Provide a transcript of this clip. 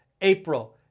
April